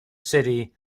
city